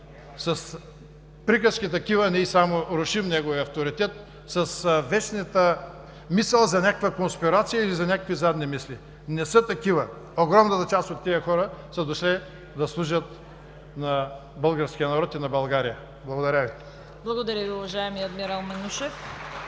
с приказки такива ние само рушим неговия авторитет с вечната мисъл за някаква конспирация или за някакви задни мисли. Не са такива. Огромната част от тези хора са дошли да служат на българския народ и на България. Благодаря Ви. (Ръкопляскания.)